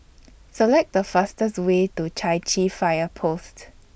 Select The fastest Way to Chai Chee Fire Post